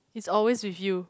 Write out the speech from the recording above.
it's always with you